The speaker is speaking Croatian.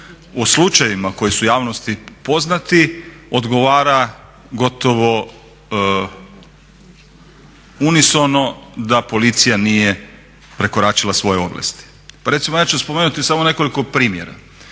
o slučajevima koji su javnosti poznati odgovora gotovo unisono da policija nije prekoračila svoje ovlasti. Pa recimo ja ću spomenuti samo nekoliko primjera.